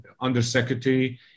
undersecretary